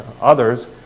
others